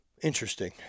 Interesting